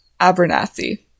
Abernathy